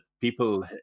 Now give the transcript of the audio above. people